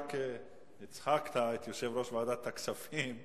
רק הצחקת את יושב-ראש ועדת הכספים,